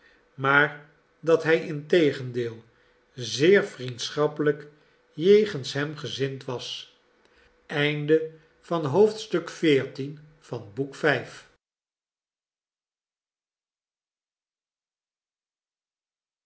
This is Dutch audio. maar dat hij integendeel zeer vriendschappelijk jegens hem gezind was